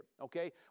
Okay